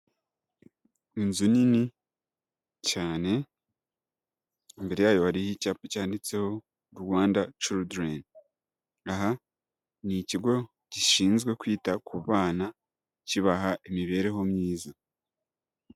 Inzu nini cyane, imbere yayo hariho icyapa cyanditseho Rwanda children, aha ni ikigo gishinzwe kwita ku bana kibaha imibereho myiza.